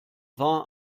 war